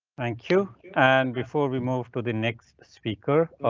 thank you ann. before we move to the next speaker.